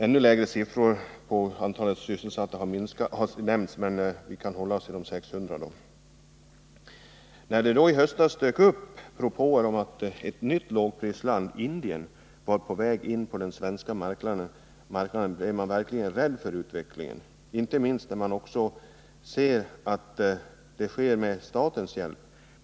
Ännu lägre siffror har nämnts, men vi kan hålla oss till siffran 600. När det då i höstas kom uppgifter om att ett nytt lågprisland, Indien, var på väg in på den svenska marknaden, blev man verkligen rädd för utvecklingen, inte minst på grund av att detta sker med statens hjälp.